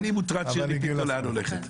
אני מוטרד, שירלי פינטו, לאן הולכת?